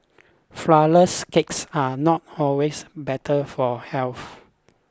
flourless cakes are not always better for health